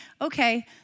okay